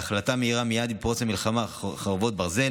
בהחלטה מהירה מייד עם פרוץ מלחמת חרבות ברזל